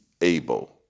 able